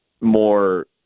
more